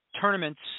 tournaments